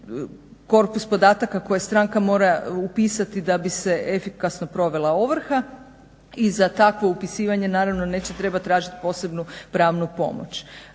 korpus podataka koje stranka mora upisati da bi se efikasno provela ovrha. I za takvo upisivanje naravno neće trebati tražiti posebnu pravnu pomoć.